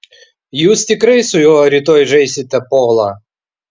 jūs tikrai su juo rytoj žaisite polą